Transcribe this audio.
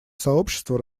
сообщество